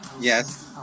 yes